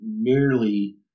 merely